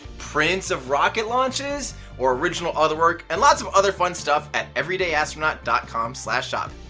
prints of rocket launches or original other work and lots of other fun stuff at everydayastronaut dot com slash shop.